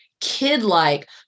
kid-like